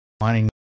Mining